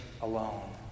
alone